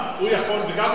וגם הוא ישב שם,